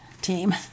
team